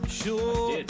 sure